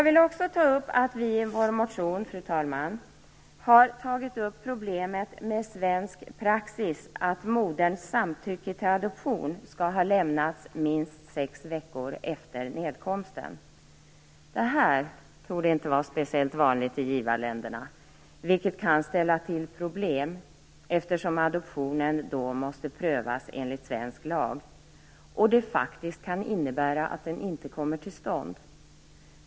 I vår motion har vi också tagit upp problemet att moderns samtycke till adoption enligt svensk praxis skall ha lämnats minst sex veckor efter nedkomsten. Detta torde inte vara speciellt vanligt i givarländerna. Det kan ställa till problem, eftersom adoptionen då måste prövas enligt svensk lag och det faktiskt kan innebära att den inte kommer till stånd.